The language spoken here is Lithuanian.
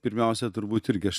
pirmiausia turbūt irgi aš